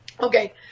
okay